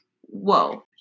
whoa